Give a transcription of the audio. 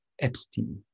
epstein